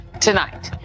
tonight